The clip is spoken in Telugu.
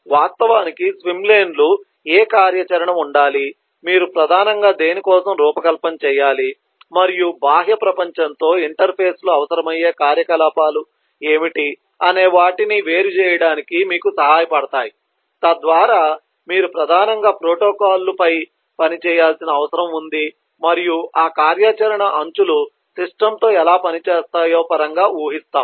వాస్తవానికి స్విమ్ లేన్ లు ఏ కార్యాచరణ ఉండాలి మీరు ప్రధానంగా దేని కోసం రూపకల్పన చేయాలి మరియు బాహ్య ప్రపంచంతో ఇంటర్ఫేస్లు అవసరమయ్యే కార్యకలాపాలు ఏమిటి అనే వాటిని వేరుచేయడానికి మీకు సహాయపడతాయి తద్వారా మీరు ప్రధానంగా ప్రోటోకాల్లు ఫై పని చేయాల్సిన అవసరం ఉంది మరియు ఆ కార్యాచరణ అంచులు సిస్టమ్తో ఎలా పనిచేస్తాయో పరంగా ఊహిస్తాం